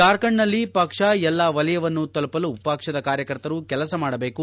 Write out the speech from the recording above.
ಜಾರ್ಖಂಡ್ನಲ್ಲಿ ಪಕ್ಷ ಎಲ್ಲಾ ವಲಯವನ್ನು ತಲುಪಲು ಪಕ್ಷದ ಕಾರ್ಯಕರ್ತರು ಕೆಲಸ ಮಾಡಬೇಕು